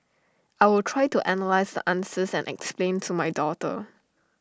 I will try to analyse the answers and explain to my daughter